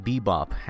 Bebop